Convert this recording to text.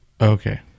Okay